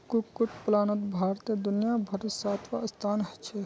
कुक्कुट पलानोत भारतेर दुनियाभारोत सातवाँ स्थान छे